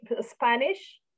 Spanish